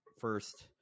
first